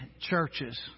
churches